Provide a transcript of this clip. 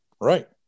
right